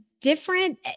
different